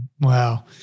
Wow